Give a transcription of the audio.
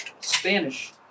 Spanish